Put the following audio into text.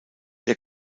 der